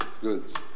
goods